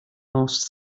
most